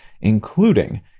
including